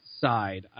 side